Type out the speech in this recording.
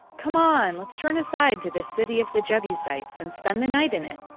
come on, let's turn aside to this city of the jebusites, and spend the night in it.